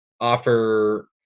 offer